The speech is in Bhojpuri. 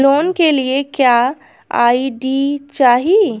लोन के लिए क्या आई.डी चाही?